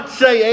say